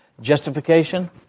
Justification